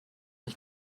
ich